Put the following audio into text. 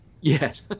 Yes